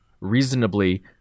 reasonably